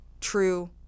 true